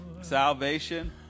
salvation